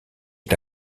est